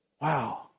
wow